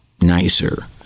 nicer